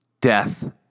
death